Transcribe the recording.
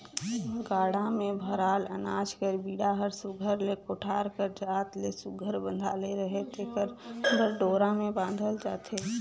गाड़ा मे भराल अनाज कर बीड़ा हर सुग्घर ले कोठार कर जात ले सुघर बंधाले रहें तेकर बर डोरा मे बाधल जाथे